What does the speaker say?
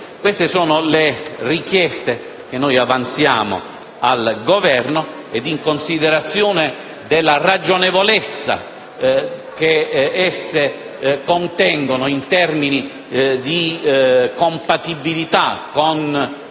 Queste sono le richieste che avanziamo al Governo. In considerazione della ragionevolezza che esse contengono in termini di compatibilità con il